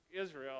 israel